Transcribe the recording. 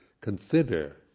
consider